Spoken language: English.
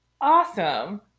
awesome